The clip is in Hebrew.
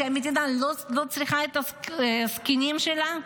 שהמדינה לא צריכה את הזקנים שלה?